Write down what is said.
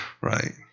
Right